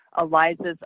Eliza's